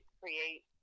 create